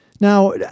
Now